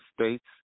states